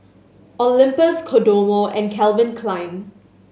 Olympus Kodomo and Calvin Klein